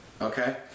Okay